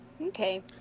Okay